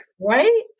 Right